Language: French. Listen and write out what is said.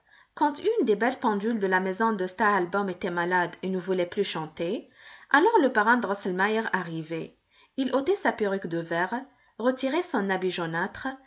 quand une des belles pendules de la maison de stahlbaum était malade et ne voulait plus chanter alors le parrain drosselmeier arrivait il ôtait sa perruque de verre retirait son